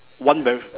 one very